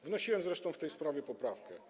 Zgłaszałem zresztą w tej sprawie poprawkę.